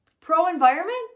pro-environment